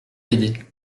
aidé